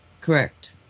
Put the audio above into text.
Correct